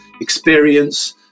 experience